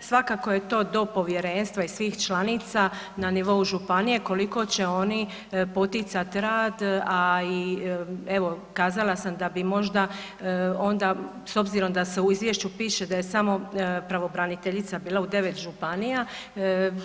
Svakako je to do povjerenstva i svih članica na nivou županije koliko će oni poticati rad, a i evo kazala sam da bi možda onda s obzirom da se u izvješću piše da je samo pravobraniteljica bila u 9 županija